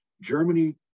Germany